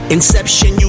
Inception